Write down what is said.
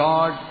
God